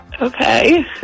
Okay